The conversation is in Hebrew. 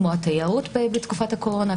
כמו התיירות בתקופת הקורונה,